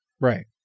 Right